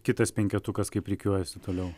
kitas penketukas kaip rikiuojasi toliau